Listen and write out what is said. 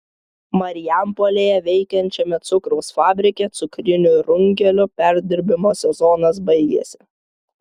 marijampolėje veikiančiame cukraus fabrike cukrinių runkelių perdirbimo sezonas baigiasi